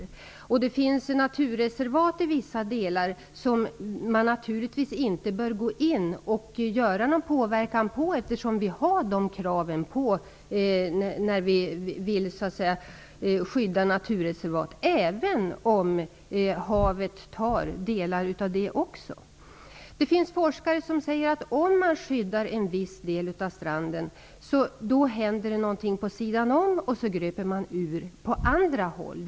I vissa delar finns naturreservat där man naturligtvis inte bör göra någon påverkan. Det är ju de krav vi har när det gäller att skydda ett naturreservat -- även om havet tar delar även av det. Det finns forskare som säger att om man skyddar en viss del av stranden händer något på sidan om; man kanske gröper ur på andra håll.